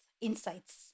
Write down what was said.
insights